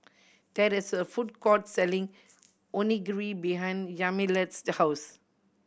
there is a food court selling Onigiri behind Yamilet's house